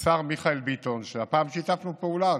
לשר מיכאל ביטון, שהפעם שיתפנו פעולה.